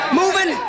moving